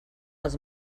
els